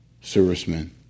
servicemen